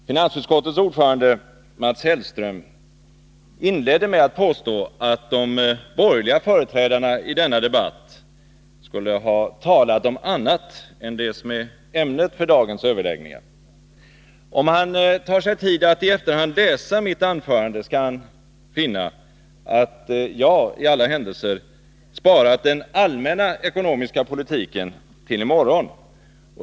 Herr talman! Finansutskottets ordförande, Mats Hellström, inledde med att påstå att de borgerliga företrädarna i denna debatt skulle ha talat om annat än det som är ämnet för dagens överläggningar. Om han tar sig tid att i efterhand läsa mitt anförande, skall han finna att jag i alla händelser sparat den allmänna ekonomiska politiken till i morgon.